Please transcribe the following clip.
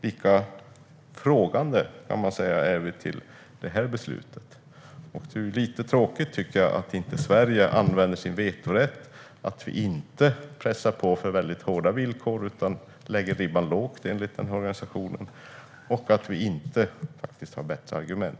Jag tycker att det är tråkigt att Sverige inte använder sin vetorätt, att vi inte pressar på för väldigt hårda villkor utan lägger ribban lågt, enligt den här organisationen, och att vi inte har bättre argument.